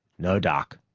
no, doc.